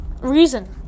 reason